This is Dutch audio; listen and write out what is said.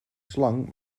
slang